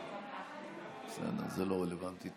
זה לא רלוונטי.